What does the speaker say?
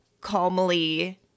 calmly